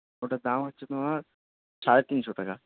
ওটার দাম হচ্ছে তোমার সাড়ে তিনশো টাকা